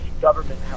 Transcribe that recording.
government